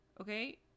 Okay